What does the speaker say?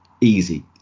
Easy